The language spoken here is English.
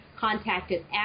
contacted